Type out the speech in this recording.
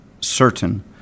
certain